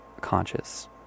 conscious